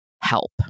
help